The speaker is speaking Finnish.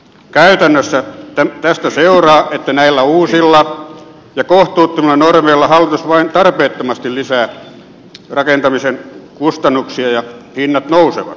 käytännössä tästä seuraa että näillä uusilla ja kohtuuttomilla normeilla hallitus vain tarpeettomasti lisää rakentamisen kustannuksia ja hinnat nousevat